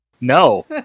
No